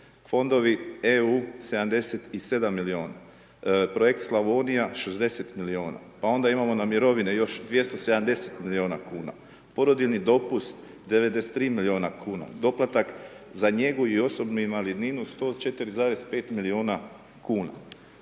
fondovi EU 77 miliona, projekt Slavonija 60 miliona, pa onda imamo na mirovine još 270 miliona kuna, porodiljni dopust 93 miliona kuna, doplatak za njegu i osobnu invalidninu 104,5 miliona kuna